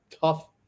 tough